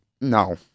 No